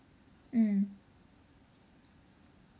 mm